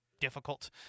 difficult